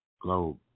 globe